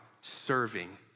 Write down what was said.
serving